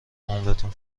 عمرتون